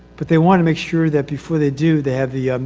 but they wanna make sure that before they do, they have the,